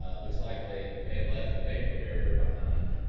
ah looks like they may have left the vapor barrier behind,